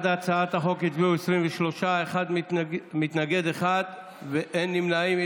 בעד הצעת החוק הצביעו 23, מתנגד אחד, ואין נמנעים.